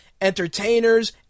entertainers